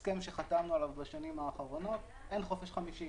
דברנו על תכנית מדינה לחיזוק ושימור התעופה הישראלית